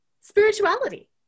spirituality